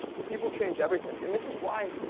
the people change everything, and this is why.